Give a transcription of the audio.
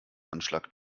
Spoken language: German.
anschlag